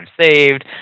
saved